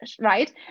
right